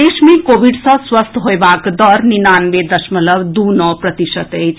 प्रदेश मे कोविड सँ स्वस्थ होएबाक दर निनानबे दशमलव दू नौ प्रतिशत अछि